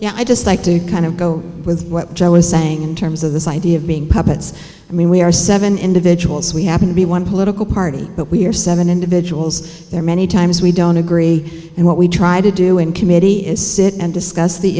yeah i just like to kind of go with what joe is saying in terms of this idea of being puppets i mean we are seven individuals we happen to be one political party but we're seven individuals there many times we don't agree and what we try to do in committee is sit and discuss the